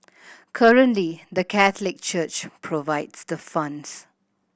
currently the Catholic Church provides the funds